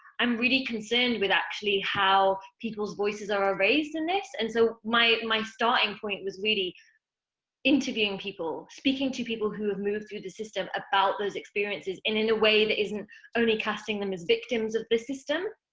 i'm really concerned with actually how people's voices are erased in this, and so my my starting point was really interviewing people. speaking to people who have moved through the system, about those experiences, and in a way that isn't only casting them as victims of the system.